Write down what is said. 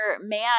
man